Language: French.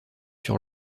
sur